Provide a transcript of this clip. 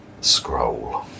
scroll